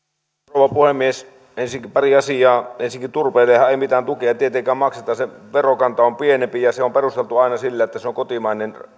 rouva puhemies pari asiaa ensinnäkin turpeellehan ei mitään tukea tietenkään makseta sen verokanta on pienempi ja se on perusteltu aina sillä että se on kotimainen